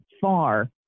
far